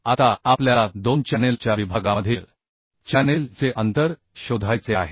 आता आपल्याला 2 चॅनेल च्या विभागामधील चॅनेल चे अंतर शोधायचे आहे